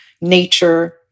nature